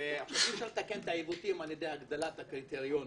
ואי אפשר לתקן את העיוותים על ידי הגדלת הקריטריונים,